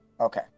Okay